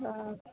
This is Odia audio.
ହଁ